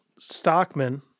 stockman